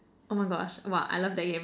oh my gosh !wah! I love that game